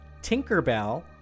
Tinkerbell